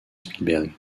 spielberg